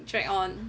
drag on